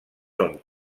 són